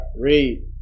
Read